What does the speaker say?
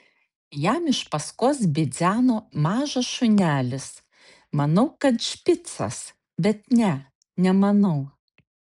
jam iš paskos bidzeno mažas šunelis manau kad špicas bet ne nemanau